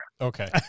Okay